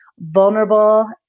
vulnerable